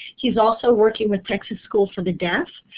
he is also working with texas school for the deaf.